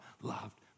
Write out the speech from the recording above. loved